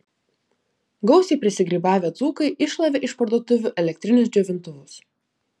gausiai prisigrybavę dzūkai iššlavė iš parduotuvių elektrinius džiovintuvus